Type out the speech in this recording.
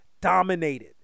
dominated